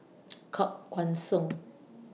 Koh Guan Song